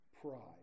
pride